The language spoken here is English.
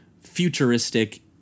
futuristic